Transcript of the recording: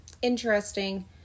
Interesting